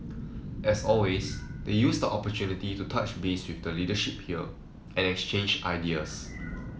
as always they used the opportunity to touch base with the leadership here and exchange ideas